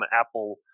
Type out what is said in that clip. apple